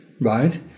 right